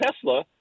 Tesla